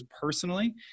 personally